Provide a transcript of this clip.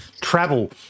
travel